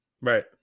Right